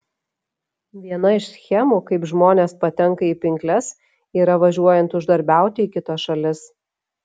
viena iš schemų kaip žmonės patenka į pinkles yra važiuojant uždarbiauti į kitas šalis